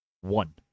One